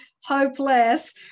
hopeless